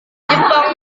jepang